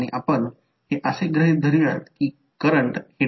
तर मला हे स्पष्ट करू द्या की ते आकृती 1 साठी आहे तेच आकृती 1 साठी आहे हे आहे